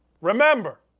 remember